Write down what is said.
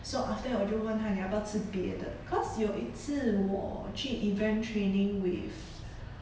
so after that 我就问他你要不要吃别的 cause 有一次我去 event training with